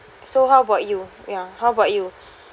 so how about you ya how about you